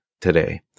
today